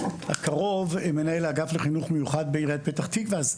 הקרוב מנהל האגף לחינוך מיוחד בעיריית פתח תקווה.